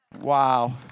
Wow